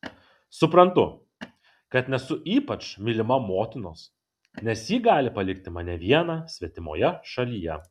suprantu kad nesu ypač mylima motinos nes ji gali palikti mane vieną svetimoje šalyje